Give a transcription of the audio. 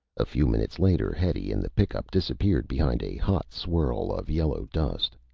a few minutes later, hetty in the pickup disappeared behind a hot swirl of yellow dust.